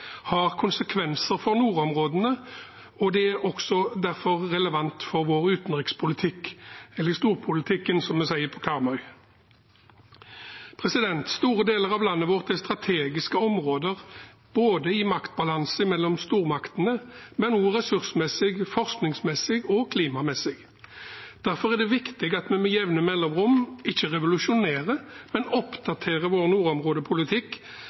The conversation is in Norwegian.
har konsekvenser for nordområdene, og det er også derfor relevant for vår utenrikspolitikk – eller storpolitikken, som vi sier på Karmøy. Store deler av landet vårt er strategiske områder, ikke bare i maktbalanse mellom stormaktene, men også ressursmessig, forskningsmessig og klimamessig. Derfor er det viktig at vi med jevne mellomrom ikke revolusjonerer, men oppdaterer vår nordområdepolitikk